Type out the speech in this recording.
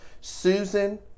Susan